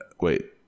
wait